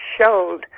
showed